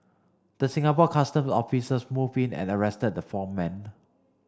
the Singapore Custom officers moved in and arrested the four men